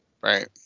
Right